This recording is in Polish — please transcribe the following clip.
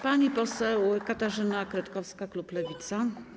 Pan poseł Katarzyna Kretkowska, klub Lewica.